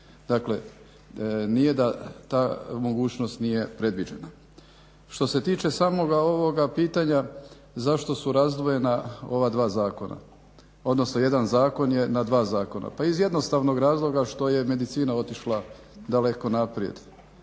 Dakle nije da ta mogućnost nije predviđena. Što se tiče samoga ovoga pitanja zašto su razdvojena ova dva zakona, odnosno jedan zakon je na dva zakona, pa iz jednostavnog zakona što je medicina otišla daleko naprijed.